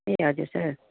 ए हजुर सर